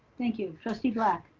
thank you, trustee black.